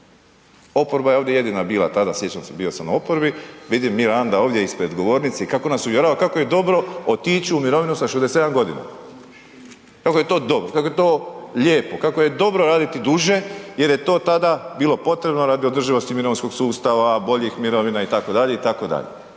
oporba je ovdje jedina bila tada, sjećam se, bio sam u oporbi, vidim Miranda ovdje ispred govornice i kako nas uvjerava kako je dobro otić u mirovinu sa 67 g., kako je to dobro, kako je to lijepo, kako je dobro raditi duže jer je to tada bilo potrebno radi održivosti mirovinskog sustava, boljih mirovina itd., itd.